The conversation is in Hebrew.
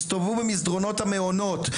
הסתובבו במסדרונות המעונות וצעקו.